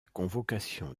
convocation